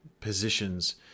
positions